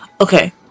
Okay